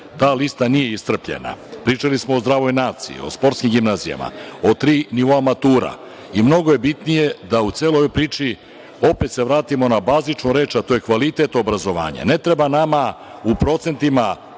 Ta lista nije iscrpljena. Pričali smo o zdravoj naciji, o sportskim gimnazijama, o tri nivoa matura i mnogo je bitnije da u celoj ovoj priči opet se vratimo na bazičnu reč, a to je kvalitet obrazovanja. Ne treba nama u procentima